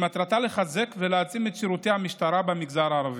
שמטרתה לחזק ולהעצים את שירותי המשטרה במגזר הערבי.